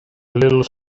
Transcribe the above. little